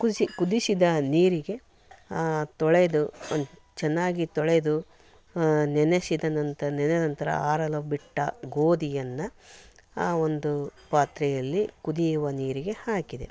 ಕುಸಿ ಕುದಿಸಿದ ನೀರಿಗೆ ತೊಳೆದು ಒನ್ ಚೆನ್ನಾಗಿ ತೊಳೆದು ನೆನೆಸಿದ ನಂತ ನೆನೆನಂತರ ಆರಲು ಬಿಟ್ಟು ಗೋಧಿಯನ್ನು ಆ ಒಂದು ಪಾತ್ರೆಯಲ್ಲಿ ಕುದಿಯುವ ನೀರಿಗೆ ಹಾಕಿದೆ